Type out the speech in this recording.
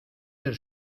del